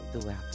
throughout